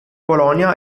polonia